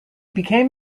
became